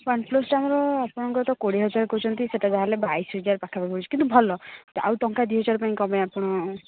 ୱାନ୍ପ୍ଲସଟା ଆମର ଆପଣଙ୍କର ତ କୋଡ଼ିଏ ହଜାର କହୁଛନ୍ତି ସେଇଟା ଯାହେଲେ ବାଇଶି ହଜାର ପାଖାପାଖି ଆସିବ କିନ୍ତୁ ଭଲ ଆଉ ଟଙ୍କା ଦୁଇହଜାର ପାଇଁ କ'ଣ ପାଇଁ ଆପଣ